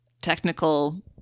technical